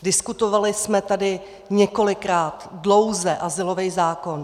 Diskutovali jsme tady několikrát dlouze azylový zákon.